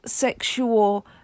Sexual